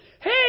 hey